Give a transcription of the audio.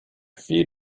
few